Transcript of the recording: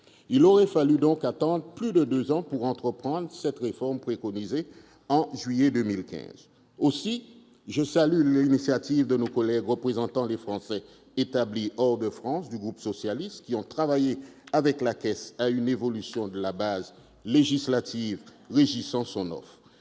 Il aura donc fallu attendre plus de deux ans pour entreprendre la réforme préconisée en juillet 2015. Aussi, je salue l'initiative de nos collègues représentant les Français établis hors de France du groupe socialiste qui ont travaillé avec la Caisse à une évolution de la base législative régissant son offre.